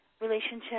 relationship